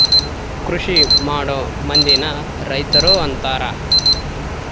ಕೃಷಿಮಾಡೊ ಮಂದಿನ ರೈತರು ಅಂತಾರ